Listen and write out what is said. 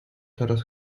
teraz